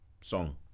song